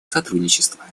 сотрудничества